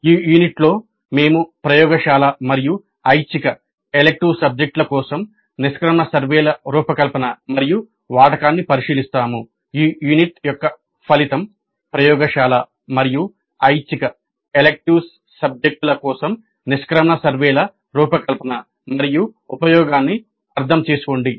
ఈ యూనిట్లో మేము ప్రయోగశాల మరియు ఐచ్ఛిక సబ్జెక్టుల కోసం నిష్క్రమణ సర్వేల రూపకల్పన మరియు ఉపయోగాన్ని అర్థం చేసుకోండి